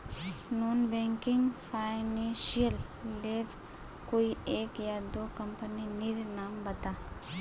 Non banking financial लेर कोई एक या दो कंपनी नीर नाम बता?